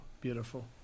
beautiful